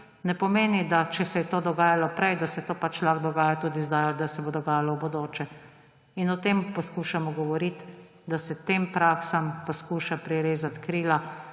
ne pomeni, da če se je to dogajalo prej, da se to pač lahko dogaja tudi zdaj ali da se bo dogajalo v bodoče. In o tem poskušamo govoriti, da se tem praksam poskuša prirezati krila,